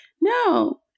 No